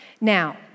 Now